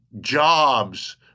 jobs